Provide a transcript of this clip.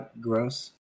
gross